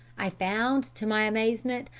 i found, to my amazement,